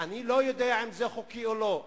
אני לא יודע אם זה חוקי או לא.